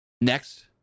Next